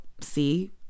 see